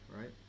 right